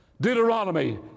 Deuteronomy